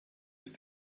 ist